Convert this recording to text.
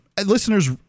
Listeners